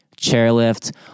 Chairlift